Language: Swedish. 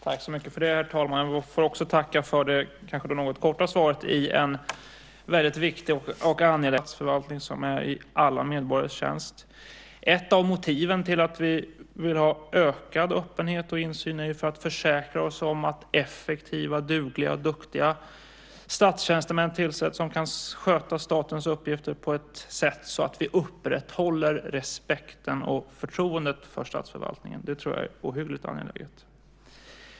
Herr talman! Jag får tacka för det något korta svaret på en väldigt viktig och angelägen fråga. Den är viktig därför att den handlar om förtroendet för statsförvaltningen. Vi ska ha en effektiv statsförvaltning som är i alla medborgares tjänst. Ett av motiven till att vi vill ha ökad öppenhet och insyn är att försäkra oss om att effektiva, dugliga och duktiga statstjänstemän tillsätts som kan sköta statens uppgifter på ett sätt så att respekten och förtroendet för statsförvaltningen upprätthålls. Det tror jag är ohyggligt angeläget.